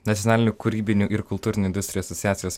nacionalinių kūrybinių ir kultūrinių industrijų asociacijos